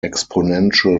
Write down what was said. exponential